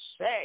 say